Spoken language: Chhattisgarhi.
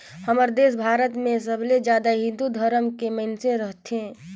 हमर देस भारत मे सबले जादा हिन्दू धरम के मइनसे रथें